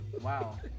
Wow